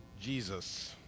Jesus